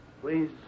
Please